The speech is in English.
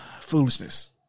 foolishness